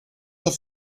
have